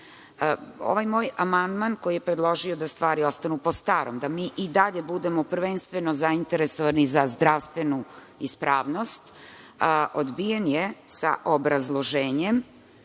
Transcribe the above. moj amandman predlaže da stvari ostanu po starom, da mi i dalje budemo prvenstveno zainteresovani za zdravstvenu ispravnost, odbijen je sa obrazloženjem